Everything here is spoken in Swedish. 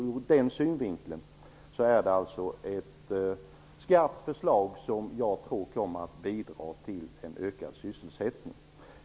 Ur den synvinkeln är detta alltså ett skarpt förslag som jag tror kommer att bidra till en ökad sysselsättning.